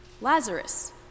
Lazarus